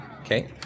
Okay